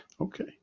Okay